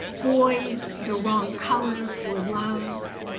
boys the wrong color for love,